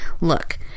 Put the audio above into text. Look